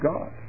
God